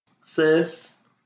Sis